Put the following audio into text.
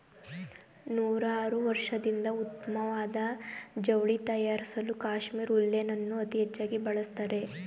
ನೂರಾರ್ವರ್ಷದಿಂದ ಉತ್ತಮ್ವಾದ ಜವ್ಳಿ ತಯಾರ್ಸಲೂ ಕಾಶ್ಮೀರ್ ಉಲ್ಲೆನನ್ನು ಅತೀ ಹೆಚ್ಚಾಗಿ ಬಳಸ್ತಾರೆ